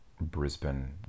brisbane